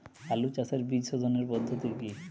আলু চাষের বীজ সোধনের পদ্ধতি কি?